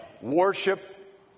worship